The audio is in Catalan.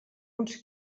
uns